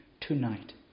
tonight